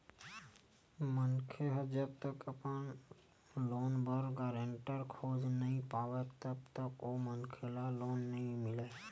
मनखे ह जब तक अपन लोन बर गारेंटर खोज नइ पावय तब तक ओ मनखे ल लोन नइ मिलय